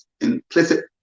implicit